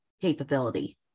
capability